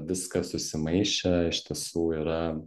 viskas susimaišę iš tiesų yra